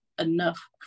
enough